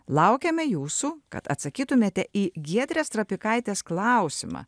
laukiame jūsų kad atsakytumėte į giedrės trapikaitės klausimą